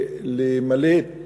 למלא את